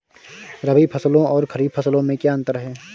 रबी फसलों और खरीफ फसलों में क्या अंतर है?